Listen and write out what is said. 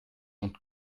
und